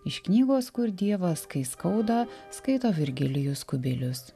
iš knygos kur dievas kai skauda skaito virgilijus kubilius